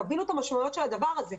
תבינו את המשמעויות של הדבר הזה.